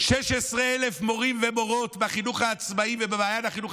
16,000 מורים ומורות בחינוך העצמאי ובמעיין החינוך